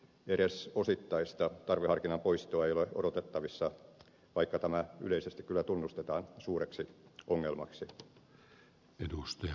edes osittaista tarveharkinnan poistoa ei ole odotettavissa vaikka tämä yleisesti kyllä tunnustetaan suureksi ongelmaksi